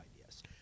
ideas